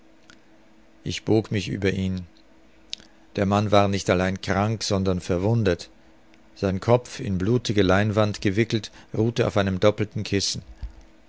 ich bog mich über ihn der mann war nicht allein krank sondern verwundet sein kopf in blutige leinwand gewickelt ruhte auf einem doppelten kissen